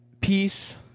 peace